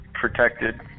protected